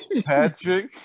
Patrick